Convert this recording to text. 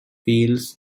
field